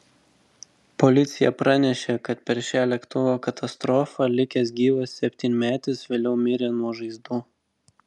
policija pranešė kad per šią lėktuvo katastrofą likęs gyvas septynmetis vėliau mirė nuo žaizdų